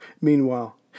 Meanwhile